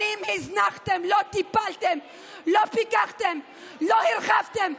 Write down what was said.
שנים הזנחתם, לא טיפלתם, לא פיקחתם, לא הרחבתם,